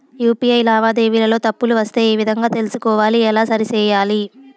UPI లావాదేవీలలో తప్పులు వస్తే ఏ విధంగా తెలుసుకోవాలి? ఎలా సరిసేయాలి?